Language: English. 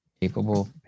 Capable